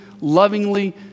lovingly